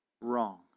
wrong